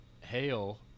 hail